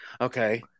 Okay